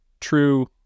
true